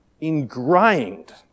ingrained